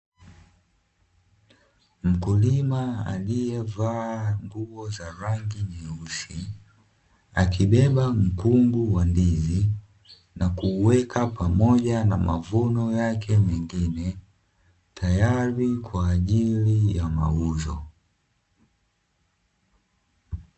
Mkulima aliyevaa nguo za rangi nyeusi, akibeba mkungu wa ndizi na kuweka pamoja na mavuno yake mengine, tayari kwa ajili ya mauzo.